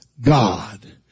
God